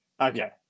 Okay